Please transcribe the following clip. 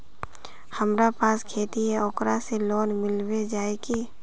हमरा पास खेती है ओकरा से लोन मिलबे जाए की?